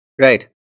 Right